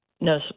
no